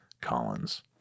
Collins